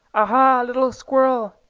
aha! little squirrel,